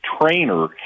trainer